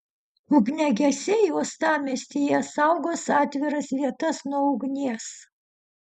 ugniagesiai uostamiestyje saugos atviras vietas nuo ugnies